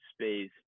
space